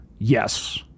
yes